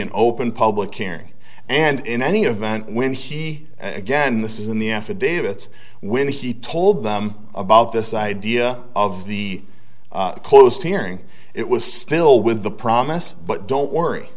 an open public hearing and in any event when he again this is in the affidavits when he told them about this idea of the closed hearing it was still with the promise but don't worry